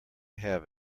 have